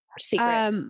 secret